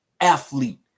athlete